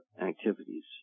activities